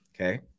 okay